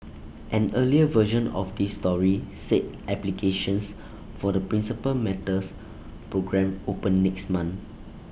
an earlier version of this story said applications for the Principal Matters programme open next month